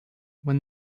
when